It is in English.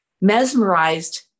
mesmerized